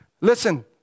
Listen